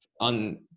on